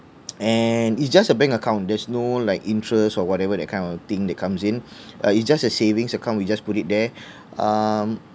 and it's just a bank account there's no like interest or whatever that kind of thing that comes in it's just a savings account we just put it there um